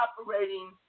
operating